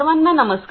सर्वांना नमस्कार